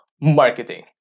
marketing